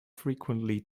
frequently